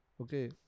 Okay